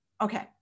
Okay